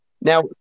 Now